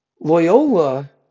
Loyola